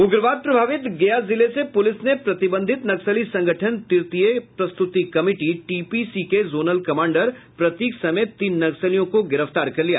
उग्रवाद प्रभावित गया जिले से पुलिस ने प्रतिबंधित नक्सली संगठन तृतीय प्रस्तुति कमिटी टीपीसी के जोनल कमांडर प्रतीक समेत तीन नक्सलियों को गिरफ्तार कर लिया